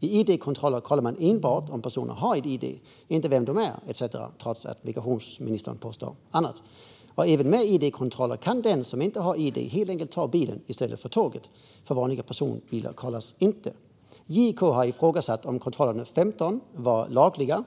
Vid id-kontroller kontrollerar man enbart om personer har ett id, inte vilka de är - trots att migrationsministern påstår annat. Vad är det med id-kontroller? Kan den som inte har id helt enkelt ta bilen i stället för tåget? Vanliga personbilar kontrolleras inte. JK har ifrågasatt om kontrollerna under 2015 var lagliga.